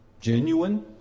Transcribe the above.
genuine